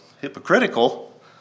hypocritical